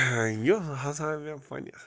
یُس ہسا مےٚ پَنٕنِس